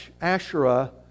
Asherah